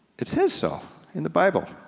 it says so in the bible.